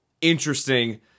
interesting